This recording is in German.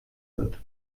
wird